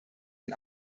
ein